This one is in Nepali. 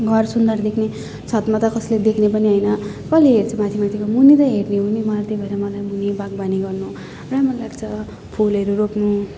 घर सुन्दर देख्ने छतमा त कसले देख्ने पनि होइन कसले हेर्छ माथि माथिको मुनि त हेर्ने हो नि त्यही भएर मलाई मुनि बागवानी गर्नु राम्रो लाग्छ फुलहरू रोप्नु